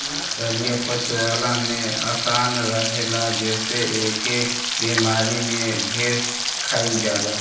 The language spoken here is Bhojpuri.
दलिया पचवला में आसान रहेला जेसे एके बेमारी में ढेर खाइल जाला